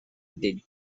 the